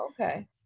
Okay